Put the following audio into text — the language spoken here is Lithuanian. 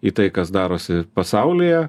į tai kas darosi pasaulyje